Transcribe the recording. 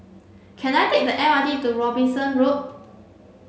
can I take the M R T to Robinson Road